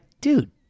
dude